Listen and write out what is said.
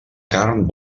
carn